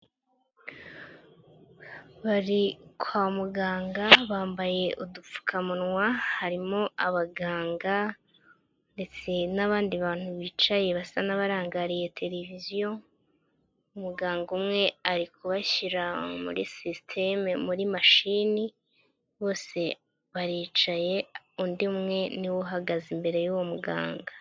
Bari kwa muganga bambaye udupfukamunwa, harimo abaganga ndetse n'abandi bantu bicaye basa n'abarangariye televiziyo, umuganga umwe ari kubashyira muri sisiteme muri mashini, bose baricaye, undi umwe niwe uhagaze imbere y'uwo muganga.